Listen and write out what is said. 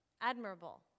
Admirable